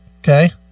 okay